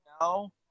now